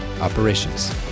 operations